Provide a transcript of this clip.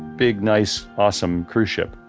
big nice awesome cruise ship,